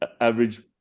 average